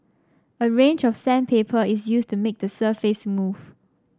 a range of sandpaper is used to make the surface smooth